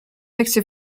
lekcje